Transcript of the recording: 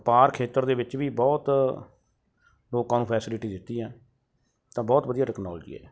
ਵਾਪਰ ਖੇਤਰ ਦੇ ਵਿੱਚ ਵੀ ਬਹੁਤ ਲੋਕਾਂ ਨੂੰ ਫੈਸਿਲਿਟੀ ਦਿੱਤੀ ਹੈ ਤਾਂ ਬਹੁਤ ਵਧੀਆ ਟੈਕਨੋਲੋਜੀ ਹੈ